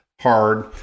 hard